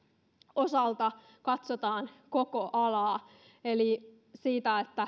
osalta katsotaan koko alaa eli sitä